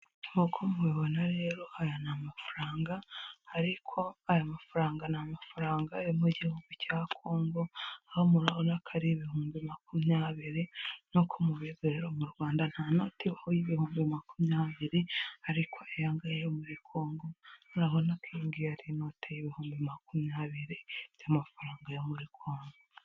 Nkuko mubibona rero aya ni amafaranga ariko aya mafaranga na mafaranga ari mu gihugu cya Kongo aho murabonako arenga ibihumbi makumyabiri nkuko mu bizere mu rwanda nta noti ibaho y'ibihumbi makumyabiri ariko ayangahe yo muri Kongo nabonako inote ibihumbi makumyabiri by'amafaranga ya muri Kongo.